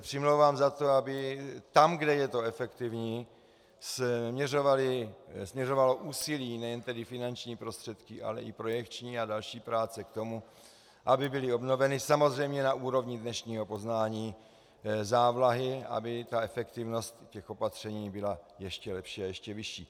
Přimlouvám se za to, aby tam, kde je to efektivní, směřovalo úsilí, nejen tedy finanční prostředky, ale i projekční a další práce k tomu, aby byly obnoveny, samozřejmě na úrovni dnešního poznání, závlahy, aby efektivnost opatření byla ještě lepší a ještě vyšší.